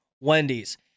Wendy's